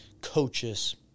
coaches